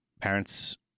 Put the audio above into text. parents